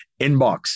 inbox